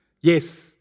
Yes